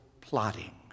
plotting